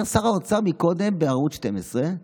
אומר שר האוצר קודם בערוץ 12: